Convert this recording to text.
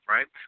Right